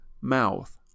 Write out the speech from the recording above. mouth